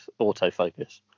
autofocus